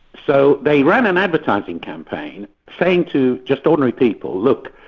so they ran an advertising campaign saying to just ordinary people, look,